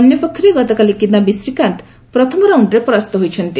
ଅନ୍ୟପକ୍ଷରେ ଗତକାଲି କିଦାୟି ଶ୍ରୀକାନ୍ତ ପ୍ରଥମ ରାଉଶ୍ଡରେ ପରାସ୍ତ ହୋଇଛନ୍ତି